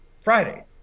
Friday